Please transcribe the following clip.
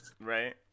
Right